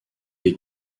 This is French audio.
les